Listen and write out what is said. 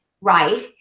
right